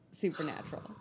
Supernatural